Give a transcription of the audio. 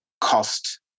cost